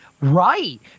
right